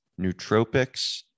nootropics